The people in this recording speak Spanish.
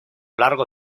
largo